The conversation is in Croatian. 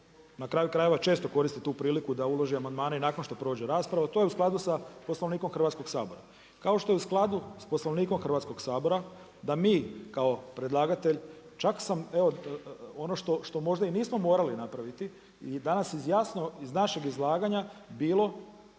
na kraju krajeva često koristi tu priliku da uloži amandmane i nakon što prođe rasprava, to je u skladu sa Poslovnikom Hrvatskoga sabora. Kao što je u skladu sa Poslovnikom Hrvatskoga sabora da mi kao predlagatelj, čak sam evo ono što možda i nismo morali napraviti i danas je jasno iz našeg izlaganja bilo